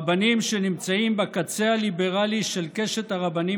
רבנים שנמצאים בקצה הליברלי של קשת הרבנים